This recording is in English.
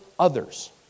others